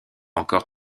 encore